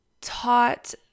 taught